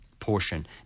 portion